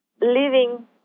living